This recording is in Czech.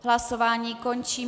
Hlasování končím.